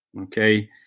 Okay